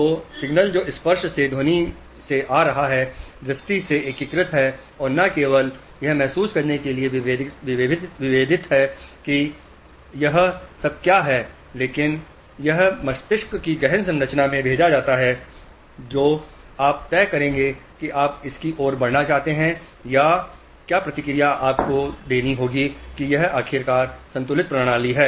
तो सिग्नल जो स्पर्श से ध्वनि से आ रहा है दृष्टि से एकीकृत है और न केवल यह महसूस करने के लिए विभेदित है कि यह सब क्या है बल्कि यह मस्तिष्क की गहन संरचना में भेजा जाता है जो आप तय करेंगे कि आप इसकी ओर बढ़ना चाहते हैं या क्या प्रतिक्रिया आपको यह देनी होगी कि यह आखिरकार संतुलित प्रणाली है